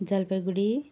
Jalpaiguri